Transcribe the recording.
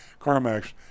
CarMax